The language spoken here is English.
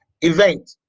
event